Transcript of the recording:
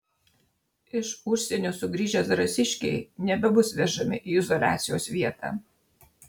iš užsienio sugrįžę zarasiškiai nebebus vežami į izoliacijos vietą